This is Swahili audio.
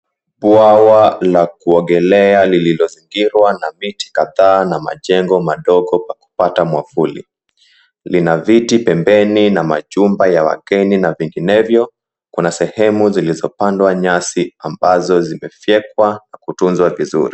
Bwawa la kuogelea lililozingirwa na miti kadhaa na majengo madogo pa kupata mwavuli, lina viti pembeni na majumba ya wageni na vinginevyo kuna sehemu zilizopandwa nyasi ambazo zimefekwa na kutunzwa vizuri.